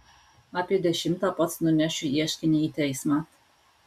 apie dešimtą pats nunešiu ieškinį į teismą